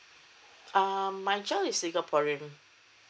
um my child is singaporean